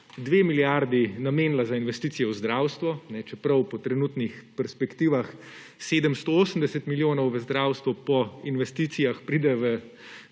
2 milijardi namenila za investicije v zdravstvo. Po trenutnih perspektivah 780 milijonov v zdravstvo po investicijah pride v